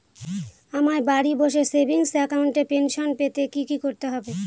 আমায় বাড়ি বসে সেভিংস অ্যাকাউন্টে পেনশন পেতে কি কি করতে হবে?